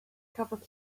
cafodd